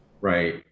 right